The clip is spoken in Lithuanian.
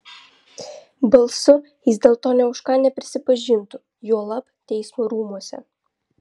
balsu jis dėl to nė už ką neprisipažintų juolab teismo rūmuose